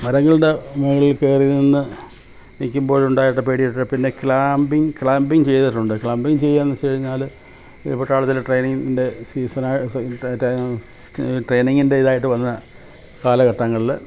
മരങ്ങളുടെ മുകളിൽക്കയറിനിന്ന് നില്ക്കുമ്പോഴുണ്ടായിരുന്ന പേടിയൊക്കെ പിന്നെ ക്ലാമ്പിങ് ക്ലാമ്പിങ് ചെയ്തിട്ടുണ്ട് ക്ലാമ്പിങ്ങ് ചെയ്യാന്ന് വച്ചുകഴിഞ്ഞാല് ഈ പട്ടാളത്തില് ട്രെയിനിങ്ങിന്റെ സീസണാ ട്രെയിനിങ്ങിന്റെ ഇതായിട്ട് വന്ന കാലഘട്ടങ്ങളില്